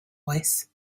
voice